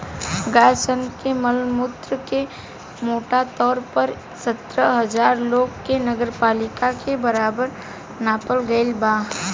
गाय सन के मल मूत्र के मोटा तौर पर सत्तर हजार लोग के नगरपालिका के बराबर नापल गईल बा